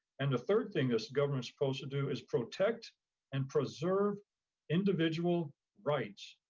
and the third thing is government's supposed to do is protect and preserve individual rights.